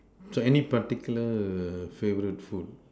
so any particular favorite food